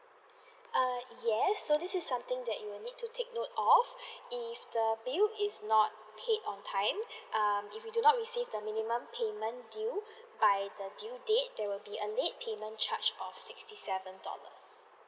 uh yes so this is something that you would need to take note of if the bill is not paid on time um if we do not received the minimum payment due by the due date there will be a late payment charge of sixty seven dollars